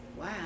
Wow